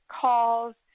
calls